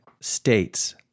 states